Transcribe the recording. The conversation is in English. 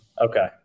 Okay